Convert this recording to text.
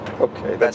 Okay